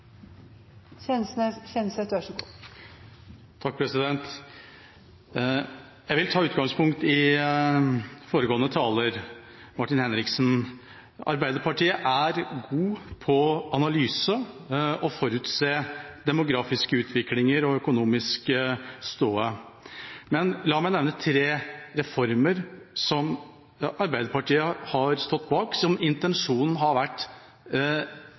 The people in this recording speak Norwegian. på analyse og på å forutse demografiske utviklinger og stoda økonomisk. Men la meg nevne tre reformer som Arbeiderpartiet har stått bak, der intensjonen har vært